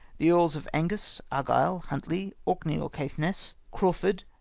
the earls of angus, ai'gyle, huntley, orkney or caithness, crawford,